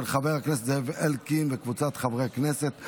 של חבר הכנסת זאב אלקין וקבוצת חברי הכנסת.